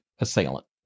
assailant